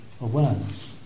awareness